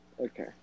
Okay